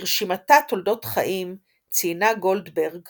ברשימתה "תולדות חיים" ציינה גולדברג